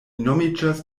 nomiĝas